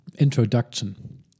Introduction